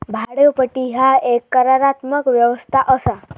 भाड्योपट्टी ह्या एक करारात्मक व्यवस्था असा